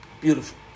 Beautiful